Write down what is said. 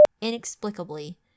Inexplicably